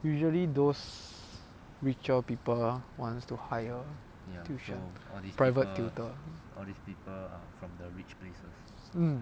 usually those richer people want to hire tuition private tutor mm